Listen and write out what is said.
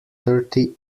thirty